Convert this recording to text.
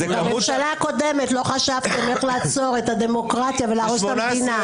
בממשלה הקודמת לא חשבתם איך לעצור את הדמוקרטיה ולהרוס את המדינה,